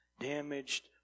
damaged